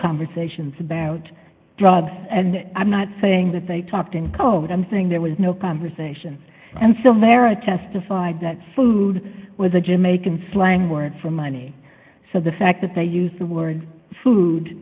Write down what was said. conversations about drugs and i'm not saying that they talked in code i'm saying there was no conversation and so vera testified that food was a jamaican slang word for money so the fact that they used the word food